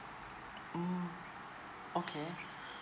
um okay